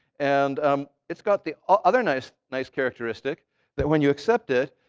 and um it's got the other nice nice characteristic that when you accept it,